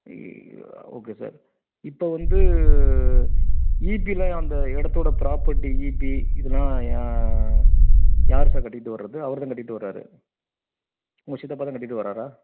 ஈ okay sir இப்போ வந்து ஈபிலாம் அந்த இடத்தோட பிராப்பர்டி ஈபி இதுலாம் யார் சார் கட்டிகிட்டு வரது அவர் தான் கட்டிகிட்டு வரார் உங்கள் சித்தப்பா தான் கட்டிகிட்டு வராரா